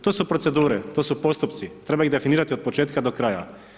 To su procedure, to su postupci, treba ih definirati od početka do kraja.